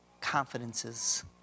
confidences